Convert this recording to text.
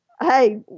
hey